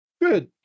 Good